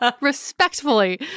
Respectfully